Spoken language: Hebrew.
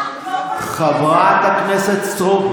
חברת הכנסת סטרוק,